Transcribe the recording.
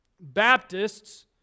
Baptists